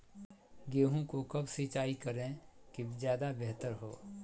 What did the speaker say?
गेंहू को कब सिंचाई करे कि ज्यादा व्यहतर हो?